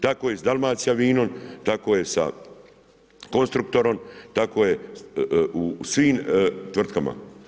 Tako i sa Dalmacijavinom, tako je sa Konstruktorom, tako je u svim tvrtkama.